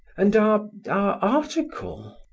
and our our article?